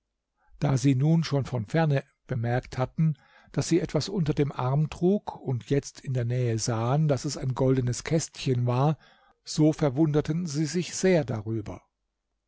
da sie nun schon von ferne bemerkt hatten daß sie etwas unter dem arm trug und jetzt in der nähe sahen daß es ein goldenes kästchen war so verwunderten sie sich sehr darüber